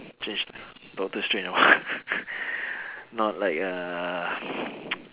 change ah doctor strange no not like a